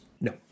No